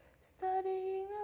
Studying